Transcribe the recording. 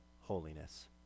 holiness